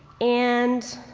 and,